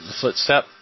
footstep